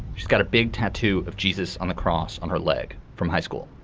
she's got a big tattoo of jesus on the cross on her leg from high school.